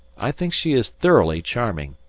i think she is thoroughly charming,